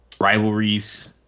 rivalries